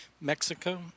Mexico